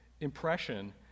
impression